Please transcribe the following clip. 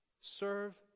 Serve